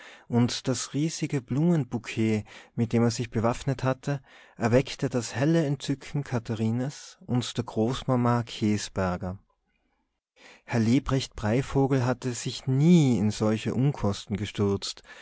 und das riesige blumenbukett mit dem er sich bewaffnet hatte erweckte das helle entzücken katharines und der großmama käsberger herr lebrecht breivogel hatte sich nie in solche unkosten gestürzt